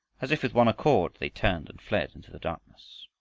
as if with one accord they turned and fled into the darkness.